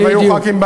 בדיוק.